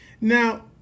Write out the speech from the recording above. Now